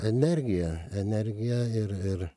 energija energija ir ir